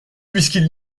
puisqu’il